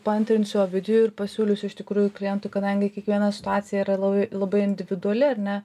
paantrinsiu ovidijui ir pasiūlysiu iš tikrųjų klientui kadangi kiekviena situacija yra labai labai individuali ar ne